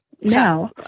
now